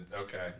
okay